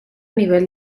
nivel